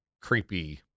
creepy